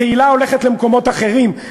התהילה הולכת למקומות אחרים,